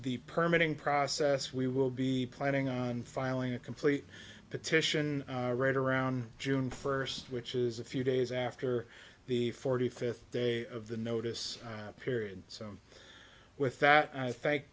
the permanent process we will be planning on filing a complete petition right around june first which is a few days after the forty fifth day of the notice period so with that i thank